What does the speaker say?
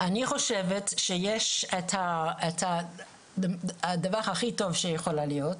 אני חושב שיש את הדבר הכי טוב שיכול להיות,